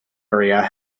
area